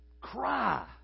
cry